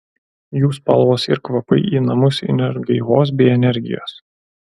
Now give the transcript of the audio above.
jų spalvos ir kvapai į namus įneš gaivos bei energijos